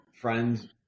friends